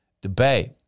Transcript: debate